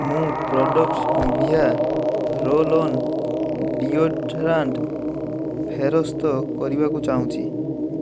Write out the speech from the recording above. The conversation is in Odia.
ମୁଁ product Nivea roll on deodorant ଫେରସ୍ତ କରିବାକୁ ଚାହୁଁଛି